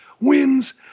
wins